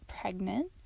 pregnant